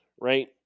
right